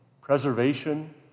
preservation